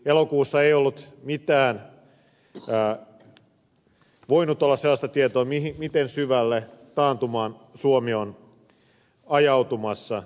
elokuussa ei voinut olla sellaista tietoa miten syvälle taantumaan suomi on ajautumassa